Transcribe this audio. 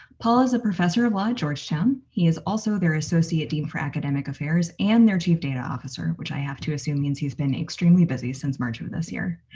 paul is a professor of law at georgetown. he is also their associate dean for academic affairs and their chief data officer, which i have to assume means he's been extremely busy since march of of this year.